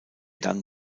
dann